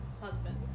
husband